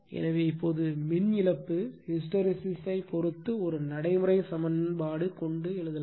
எனவே இப்போது மின் இழப்பு ஹிஸ்டெரெசிஸ் ஐ பொறுத்து ஒரு நடைமுறை சமன்பாடு கொண்டு எழுதலாம்